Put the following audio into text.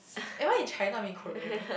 am I in China or in Korea